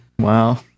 Wow